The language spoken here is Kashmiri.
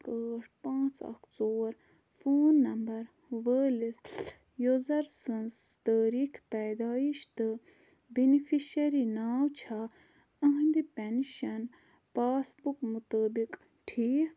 اَکھ ٲٹھ پانٛژ اکھ ژور فون نمبر وٲلِس یوٗزر سٕنٛز تٲریٖخ پیدٲئش تہٕ بیٚنِفیشری ناو چھا یِہٕنٛدِ پٮ۪نشن پاس بُک مُطٲبق ٹھیٖک